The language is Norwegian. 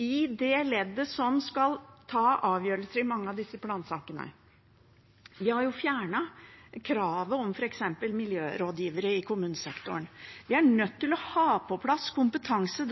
i det leddet som skal ta avgjørelser i mange av disse plansakene. Vi har f.eks. fjernet kravet om miljørådgivere i kommunesektoren. Vi er nødt til å ha på plass kompetanse